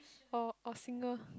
or or singer